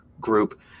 group